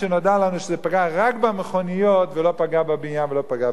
לנו שזה פגע רק במכוניות ולא פגע בבניין ולא פגע באנשים.